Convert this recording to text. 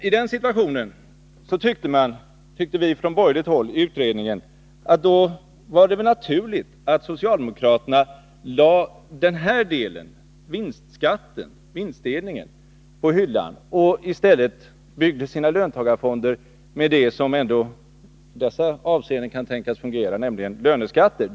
I den situationen tyckte vi från borgerligt håll i utredningen att det var naturligt att socialdemokraterna lade den här delen av förslaget — vinstskatten, vinstdelningen — på hyllan för att i stället bygga sina löntagarfonder på det som i dessa avseenden ändå skulle kunna tänkas fungera, nämligen löneskatterna.